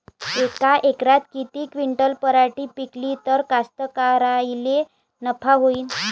यका एकरात किती क्विंटल पराटी पिकली त कास्तकाराइले नफा होईन?